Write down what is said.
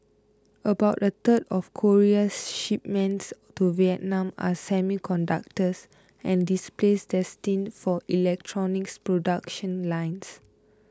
about a third of Korea's shipments to Vietnam are semiconductors and displays destined for electronics production lines